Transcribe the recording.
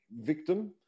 victim